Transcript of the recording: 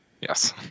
Yes